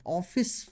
office